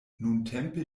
nuntempe